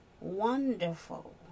wonderful